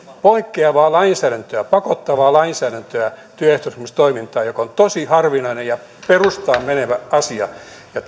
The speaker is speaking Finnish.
poikkeavaa lainsäädäntöä pakottavaa lainsäädäntöä työehtosopimustoimintaan mikä on tosi harvinainen ja perustaan menevä asia